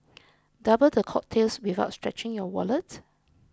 double the cocktails without stretching your wallet